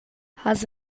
has